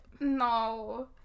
No